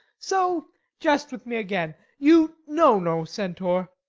so jest with me again. you know no centaur!